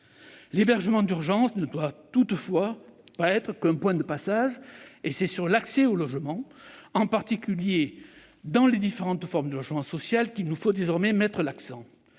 L'hébergement d'urgence ne doit toutefois être qu'un point de passage : c'est sur l'accès au logement, en particulier dans les différentes formes de logement social, qu'il nous faut désormais mettre l'accent.